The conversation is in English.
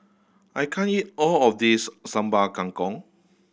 I can't eat all of this Sambal Kangkong